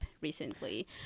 recently